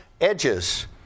edges